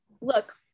look